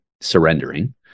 surrendering